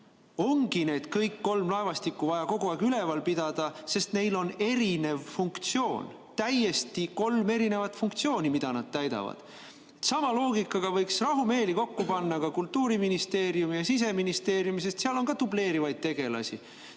Ongi kõiki neid kolme laevastikku vaja kogu aeg üleval pidada, sest neil on erinev funktsioon. Kolm täiesti erinevat funktsiooni, mida nad täidavad. Sama loogikaga võiks rahumeeli kokku panna ka Kultuuriministeeriumi ja Siseministeeriumi, sest seal on ka dubleerivaid tegelasi.